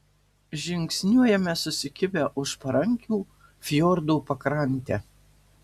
žingsniuojame susikibę už parankių fjordo pakrante